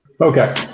Okay